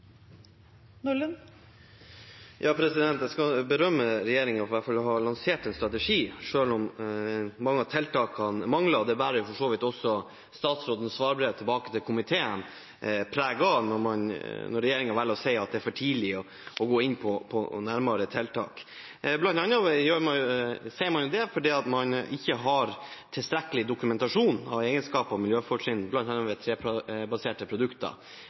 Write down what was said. Jeg skal berømme regjeringen for i hvert fall å ha lansert en strategi, selv om mange av tiltakene mangler. Det bærer for så vidt også statsrådens svarbrev til komiteen preg av, når regjeringen velger å si at det er for tidlig å gå inn på nærmere tiltak. Man sier det bl.a. fordi man ikke har tilstrekkelig dokumentasjon av egenskaper og miljøfortrinn, bl.a. ved trebaserte produkter.